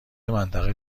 منطقه